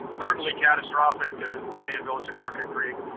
certainly catastrophic to the native village of crooked creek,